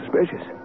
suspicious